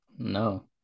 No